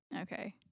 Okay